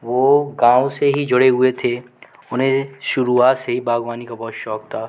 वो गाँव से ही जुड़े हुए थे उन्हें सुरुआत से ही बाग़बानी का बहुत शौक़ था